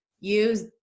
use